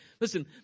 listen